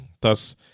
Thus